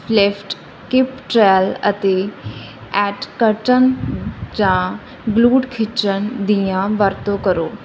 lift ਕਿਪ ਟਰੈਲ ਅਤੇ ਐਟ ਕੱਟਨ ਜਾਂ ਗਲੂਟ ਖਿੱਚਣ ਦੀ ਵਰਤੋਂ ਕਰੋ